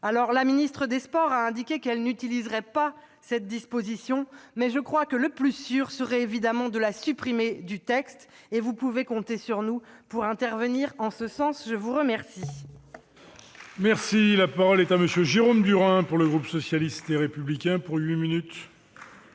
Paris. La ministre des sports a indiqué qu'elle n'utiliserait pas cette disposition. Mais le plus sûr serait évidemment de la supprimer du texte. Vous pouvez compter sur nous pour intervenir en ce sens ! La parole